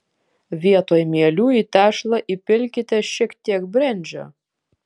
vietoj mielių į tešlą įpilkite šiek tiek brendžio